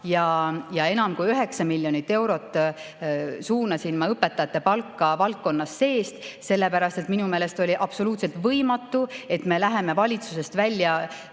ja enam kui 9 miljonit eurot suunasime õpetajate palka valdkonna sees. Minu meelest oli absoluutselt võimatu, et me läheme valitsusest välja